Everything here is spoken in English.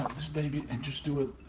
this baby and just do up